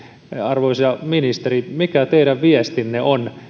arvoisa ministeri mikä teidän viestinne on